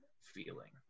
feeling